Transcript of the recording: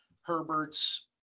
Herbert's